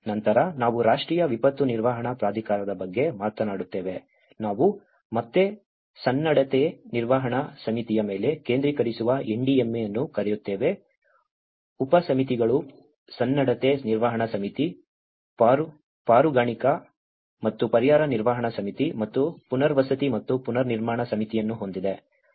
ನಂತರ ನಾವು ರಾಷ್ಟ್ರೀಯ ವಿಪತ್ತು ನಿರ್ವಹಣಾ ಪ್ರಾಧಿಕಾರದ ಬಗ್ಗೆ ಮಾತನಾಡುತ್ತೇವೆ ನಾವು ಮತ್ತೆ ಸನ್ನದ್ಧತೆ ನಿರ್ವಹಣಾ ಸಮಿತಿಯ ಮೇಲೆ ಕೇಂದ್ರೀಕರಿಸುವ NDMA ಅನ್ನು ಕರೆಯುತ್ತೇವೆ ಉಪಸಮಿತಿಗಳು ಸನ್ನದ್ಧತೆ ನಿರ್ವಹಣಾ ಸಮಿತಿ ಪಾರುಗಾಣಿಕಾ ಮತ್ತು ಪರಿಹಾರ ನಿರ್ವಹಣಾ ಸಮಿತಿ ಮತ್ತು ಪುನರ್ವಸತಿ ಮತ್ತು ಪುನರ್ನಿರ್ಮಾಣ ಸಮಿತಿಯನ್ನು ಹೊಂದಿದೆ